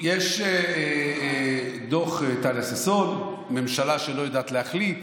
יש דוח טליה ששון, ממשלה שלא יודעת להחליט,